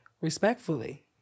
Respectfully